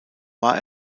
war